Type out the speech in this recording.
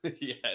Yes